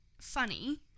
funny